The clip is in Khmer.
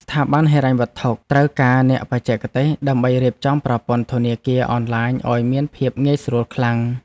ស្ថាប័នហិរញ្ញវត្ថុត្រូវការអ្នកបច្ចេកទេស ដើម្បីរៀបចំប្រព័ន្ធធនាគារអនឡាញឱ្យមានភាពងាយស្រួលខ្លាំង។